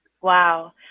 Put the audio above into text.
Wow